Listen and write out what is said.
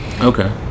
Okay